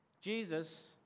Jesus